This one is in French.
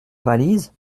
valise